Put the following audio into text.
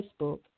Facebook